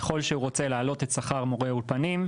ככל שהוא רוצה להעלות את שכר מורי האולפנים,